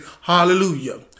hallelujah